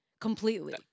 completely